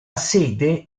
sede